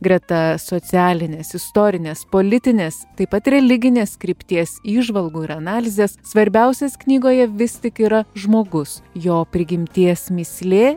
greta socialinės istorinės politinės taip pat religinės krypties įžvalgų ir analizės svarbiausias knygoje vis tik yra žmogus jo prigimties mįslė